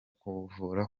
kumuvura